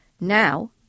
Now